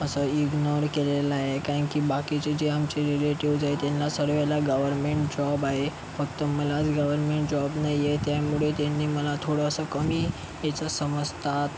असं इग्नोर केलेलं आहे कारण की बाकीचे जे आमचे रिलेटीव्हज आहे त्यांना सर्वांना गव्हरमेंट जॉब आहे फक्त मलाच गव्हरमेंट जॉब नाही आहे त्यामुळे त्यांनी मला थोडंसं कमी याचं समजतात